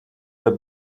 the